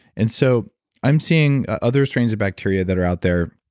and so i'm seeing other strains of bacteria that are out there,